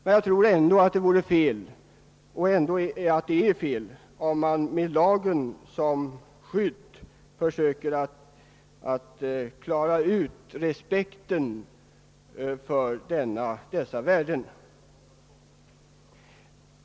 Men jag tror ändå att det är felaktigt om man med lagen som skydd försöker vinna respekt för dessa värden.